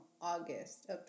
August